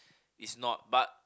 is not but